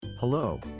Hello